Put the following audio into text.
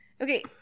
Okay